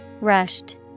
Rushed